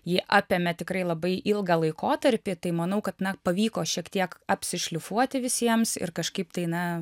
ji apėmė tikrai labai ilgą laikotarpį tai manau kad na pavyko šiek tiek apsišlifuoti visiems ir kažkaip tai na